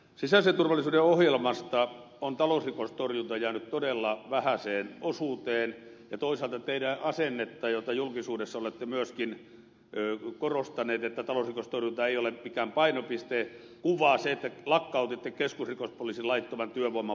sisäisen turvallisuuden ohjelmasta on talousrikostorjunta jäänyt todella vähäiseen osuuteen ja toisaalta teidän asennettanne jota julkisuudessa olette myöskin korostanut että talousrikostorjunta ei ole mikään painopiste kuvaa se että lakkautitte keskusrikospoliisin laittoman työvoiman valvontayksikön